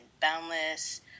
boundless